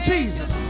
Jesus